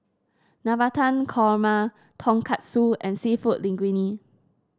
Navratan Korma Tonkatsu and seafood Linguine